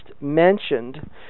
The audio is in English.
mentioned